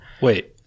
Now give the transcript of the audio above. Wait